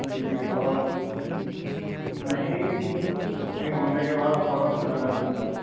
یہ بھی فوراً نہیں بکنگ ہونے کے بعد فوراً سلینڈر ملتا ہے